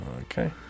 Okay